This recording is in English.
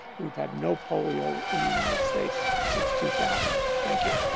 we've had no polio in the united states since two thousand. thank you.